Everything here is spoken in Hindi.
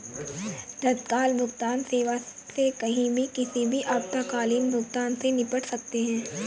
तत्काल भुगतान सेवा से कहीं भी किसी भी आपातकालीन भुगतान से निपट सकते है